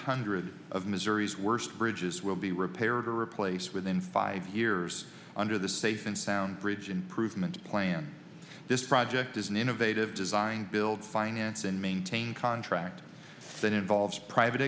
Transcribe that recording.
hundred of missouri's worst bridges will be repaired or replaced within five years under the safe and sound bridge improvement plan this project is an innovative design build finance and maintain contract that involves private